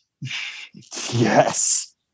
Yes